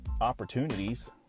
opportunities